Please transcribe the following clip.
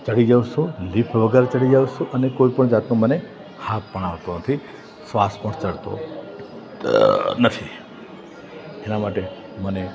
ચડી જવું છું લિફ્ટ વગર ચડી જાઉં છું અને કોઈ પણ જાતનો મને હાંફ પણ આવતો નથી શ્વાસ પણ ચડતો નથી એના માટે મને